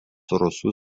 rusų